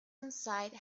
inside